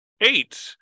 eight